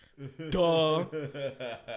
Duh